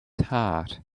heart